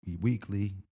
weekly